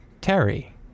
Terry